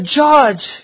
judge